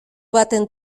baten